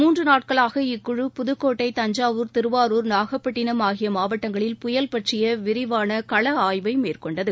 மூன்று நாட்களாக இக்குழு புதுக்கோட்டை தஞ்சாவூர் திருவாரூர் நாகப்பட்டினம் ஆகிய மாவட்டங்களில் புயல் பற்றிய விரிவான கள ஆய்வை மேற்கொண்டது